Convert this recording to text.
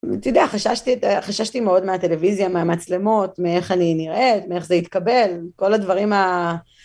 אתה יודע, חששתי מאוד מהטלוויזיה, מהמצלמות, מאיך אני נראית, מאיך זה יתקבל, כל הדברים ה...